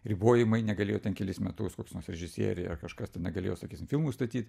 ribojimai negalėjo ten kelis metus koks nors režisieriai kažkas ten negalėjo sakysim filmus statyt